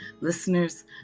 Listeners